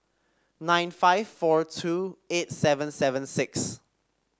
nine five four two eight seven seven six